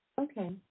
Okay